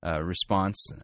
response